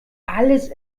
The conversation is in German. alles